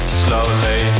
slowly